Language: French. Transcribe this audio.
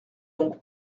donc